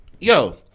Yo